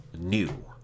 new